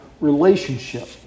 relationship